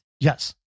Yes